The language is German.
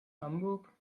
hamburg